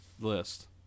list